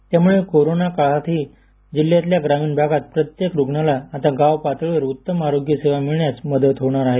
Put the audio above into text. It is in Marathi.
त्यामुळे कोरोना काळातही जिल्ह्यात ग्रामीण भागात प्रत्येक रुग्णाला आता गाव पातळीवर उत्तम आरोग्य सुविधा मिळण्यास मदत होणार आहे